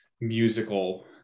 Musical